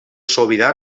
sobirà